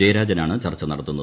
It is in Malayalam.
ജയരാജനാണ് ചർച്ച നടത്തുന്നത്